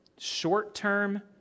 short-term